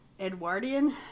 Edwardian